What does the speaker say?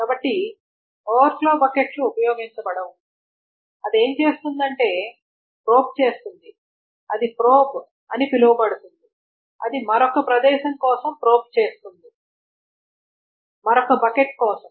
కాబట్టి ఓవర్ఫ్లో బకెట్లు ఉపయోగించబడవు అది ఏమి చేస్తుందంటే ప్రోబ్ చేస్తుంది అది ప్రోబ్ అని పిలువబడుతుంది అది మరొక ప్రదేశం కోసం ప్రోబ్ చేస్తుంది మరొక బకెట్ కోసం